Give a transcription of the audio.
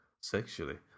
Sexually